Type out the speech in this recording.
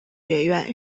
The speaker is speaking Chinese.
学院